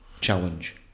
Challenge